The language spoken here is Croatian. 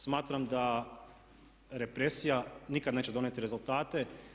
Smatram da represija nikad neće donijeti rezultate.